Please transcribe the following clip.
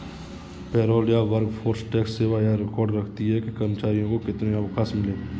payroll या workforce tax सेवा यह रिकॉर्ड रखती है कि कर्मचारियों को कितने अवकाश मिले